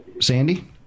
Sandy